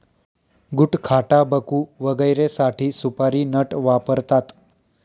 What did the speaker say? गुटखाटाबकू वगैरेसाठी सुपारी नट वापरतात